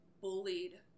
bullied